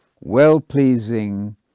well-pleasing